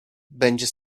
będzie